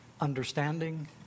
understanding